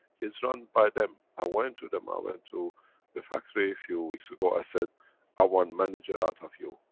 it's run by them, i went to them, i went to the factory a few weeks ago, i said i want manager out of you,